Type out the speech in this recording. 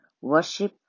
worship